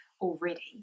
already